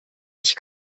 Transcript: nicht